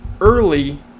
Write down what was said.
early